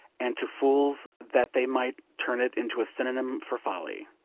and to fools that they might turn it into a synonym for folly.